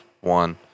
One